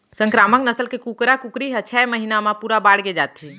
संकरामक नसल के कुकरा कुकरी ह छय महिना म पूरा बाड़गे जाथे